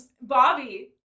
Bobby